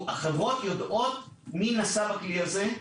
החברות יודעות מי נסע בכלי הזה.